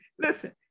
listen